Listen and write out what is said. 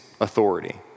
authority